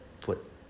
put